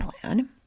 plan